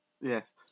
yes